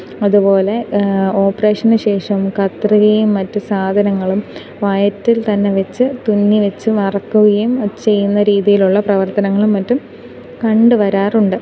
അതു പോലെ ഓപ്പറേഷനു ശേഷം കത്രികയും മറ്റു സാധനങ്ങളും വയറ്റിൽ തന്നെ വെച്ചു തുന്നി വെച്ചു മറക്കുകയും ചെയ്യുന്ന രീതിയിലുള്ള പ്രവർത്തനങ്ങളും മറ്റും കണ്ടുവരാറുണ്ട്